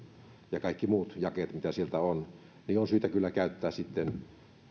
ja kaikki muut jakeet mitä siellä on on syytä kyllä käyttää sitten